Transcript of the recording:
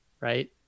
right